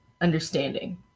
understanding